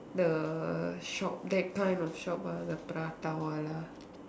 the shop that kind of shop ah the prata wala